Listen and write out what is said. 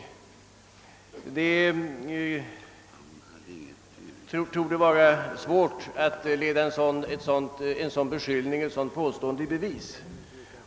Det torde vara svårt att leda ett sådant påstående i bevis.